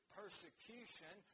persecution